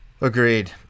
Agreed